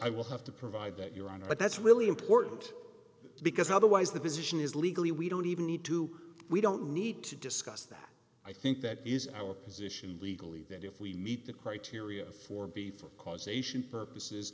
i will have to provide that your honor but that's really important because otherwise the position is legally we don't even need to we don't need to discuss that i think that is our position legally that if we meet the criteria for before causation purposes